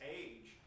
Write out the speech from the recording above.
age